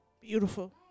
Beautiful